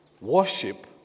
Worship